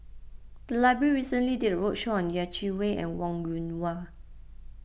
the library recently did a roadshow on Yeh Chi Wei and Wong Yoon Wah